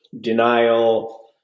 denial